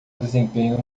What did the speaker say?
desempenho